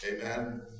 Amen